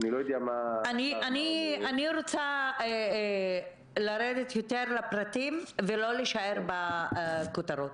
אני רוצה לרדת יותר לפרטים ולא להישאר בכותרות.